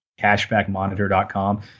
cashbackmonitor.com